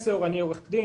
עורך-דין,